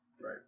right